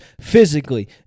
physically